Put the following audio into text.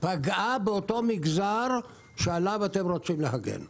שפגעה באותו המגזר שעליו אתם רוצים להגן.